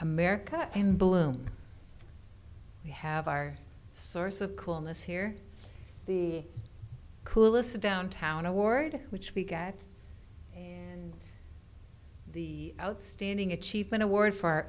america in bloom we have our source of coolness here the coolest downtown award which we get the outstanding achievement award for